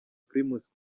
primus